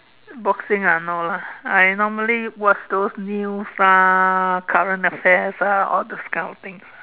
boxing ah no lah I normally watch those news ah current affairs ah all these kind of things